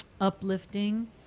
uplifting